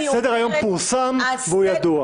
סדר היום פורסם והוא ידוע.